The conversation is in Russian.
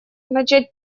начать